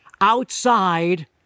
outside